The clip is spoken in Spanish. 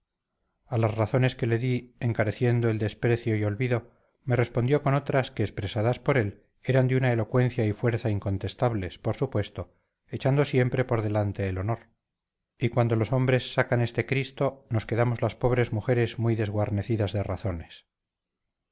a las razones que le di encareciendo el desprecio y olvido me respondió con otras que expresadas por él eran de una elocuencia y fuerza incontestables por supuesto echando siempre por delante el honor y cuando los hombres sacan este cristo nos quedamos las pobres mujeres muy desguarnecidas de razones